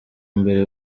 mbere